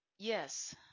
Yes